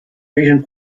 asian